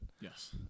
Yes